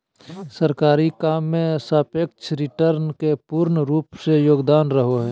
सरकारी काम मे सापेक्ष रिटर्न के पूर्ण रूप से योगदान रहो हय